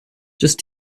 just